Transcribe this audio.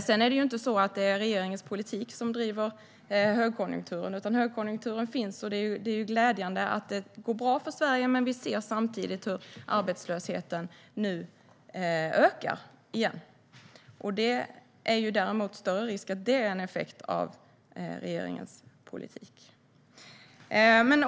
Sedan är det inte regeringens politik som driver högkonjunkturen, utan högkonjunkturen finns. Och det är glädjande att det går bra för Sverige. Men vi ser samtidigt hur arbetslösheten nu ökar igen. Det är däremot en större risk för att det är en effekt av regeringens politik.